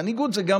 אדוני היושב-ראש,